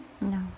No